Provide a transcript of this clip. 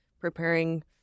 preparing